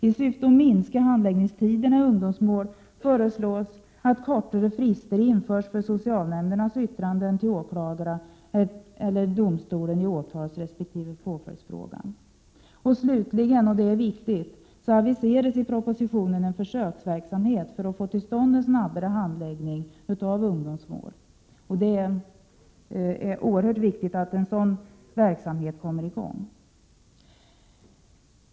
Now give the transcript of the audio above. I syfte att minska handläggningstiderna i ungdomsmål föreslår man att korta frister införs för socialnämndens yttrande till åklagare eller domstol i åtalsresp. påföljdsfrågan. Slutligen — och det är viktigt — aviseras det i propositionen om en försöksverksamhet. Det gäller ju att få till stånd en snabbare handläggning av ungdomsmål. Det är av oerhört stor betydelse att en sådan verksamhet kommer i gång.